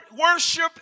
Worship